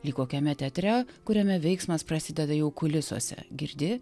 lyg kokiame teatre kuriame veiksmas prasideda jau kulisuose girdi